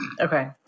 Okay